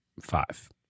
five